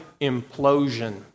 implosion